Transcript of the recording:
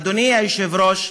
אדוני היושב-ראש,